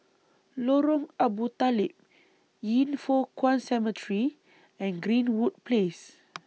Lorong Abu Talib Yin Foh Kuan Cemetery and Greenwood Place